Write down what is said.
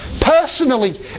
Personally